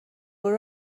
برو